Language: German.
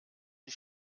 die